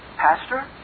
Pastor